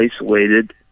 isolated